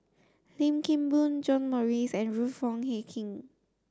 Lim Kim Boon John Morrice and Ruth Wong Hie King